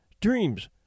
dreams